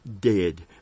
dead